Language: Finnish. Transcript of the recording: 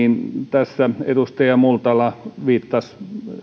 tässä edustaja multala viittasi